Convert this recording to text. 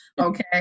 Okay